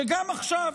שגם עכשיו